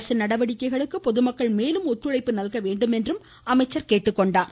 அரசின் நடவடிக்கைகளுக்கு பொதுமக்கள் மேலும் ஒத்துழைப்பு வழங்க வேண்டும் எனவும் அமைச்சர் கேட்டுக்கொண்டார்